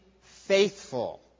faithful